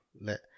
let